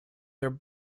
their